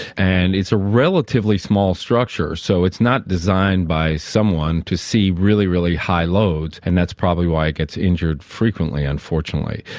and it's a relatively small structure, so it's not designed by someone to see really, really high loads, and that's probably why it gets injured frequently, unfortunately.